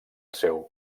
seu